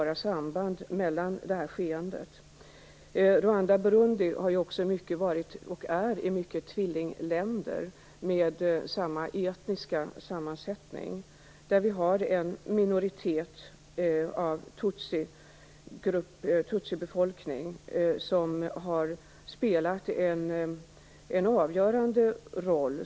Rwanda och Burundi har varit och är i mycket tvillingländer, med samma etniska sammansättning. De har en minoritetsbefolkning av tutsier, som har spelat en avgörande roll.